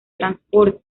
transporte